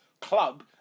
club